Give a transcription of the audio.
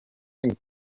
and